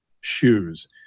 shoes